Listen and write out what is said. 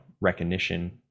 recognition